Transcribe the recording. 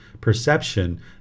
perception